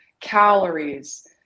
calories